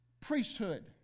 priesthood